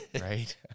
right